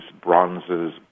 bronzes